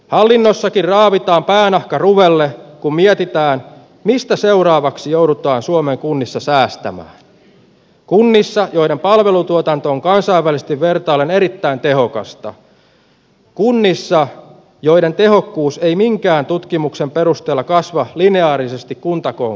hallinnossakin raavitaan päänahka ruvelle kun mietitään mistä seuraavaksi joudutaan suomen kunnissa säästämään kunnissa joiden palvelutuotanto on kansainvälisesti vertaillen erittäin tehokasta kunnissa joiden tehokkuus ei minkään tutkimuksen perusteella kasva lineaarisesti kuntakoon kasvaessa